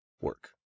work